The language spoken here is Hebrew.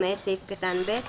למעט סעיף קטן (ב),